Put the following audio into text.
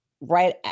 right